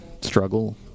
struggle